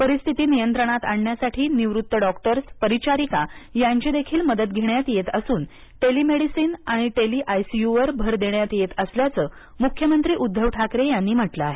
परिस्थिती नियंत्रणात आणण्यासाठी निवृत्त डॉक्टर्स परिचारिका यांची देखील मदत घेण्यात येत असून टेलीमेडिसिन आणि टेलीआयसीयूवर भर देण्यात येत असल्याचं मुख्यमंत्री उद्दव ठाकरे यांनी म्हटलं आहे